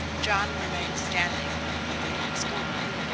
john remained standing when the lady was gone.